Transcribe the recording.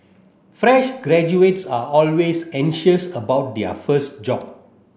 fresh graduates are always anxious about their first job